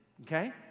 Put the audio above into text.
Okay